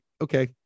okay